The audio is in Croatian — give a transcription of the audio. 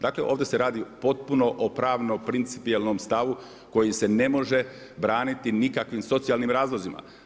Dakle ovdje se radi potpuno o pravno principijelnom stavu koji se ne može braniti nikakvim socijalnim razlozima.